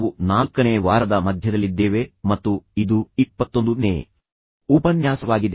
ನಾವು ನಾಲ್ಕನೇ ವಾರದ ಮಧ್ಯದಲ್ಲಿದ್ದೇವೆ ಮತ್ತು ಇದು 21 ನೇ ಉಪನ್ಯಾಸವಾಗಿದೆ